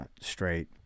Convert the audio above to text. straight